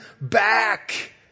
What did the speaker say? back